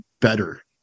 better